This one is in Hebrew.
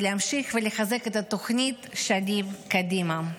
ולהמשיך ולחזק את התוכנית שנים קדימה.